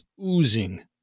oozing